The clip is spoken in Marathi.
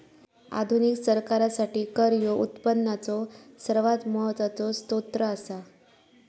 आधुनिक सरकारासाठी कर ह्यो उत्पनाचो सर्वात महत्वाचो सोत्र असा